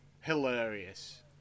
hilarious